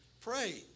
Pray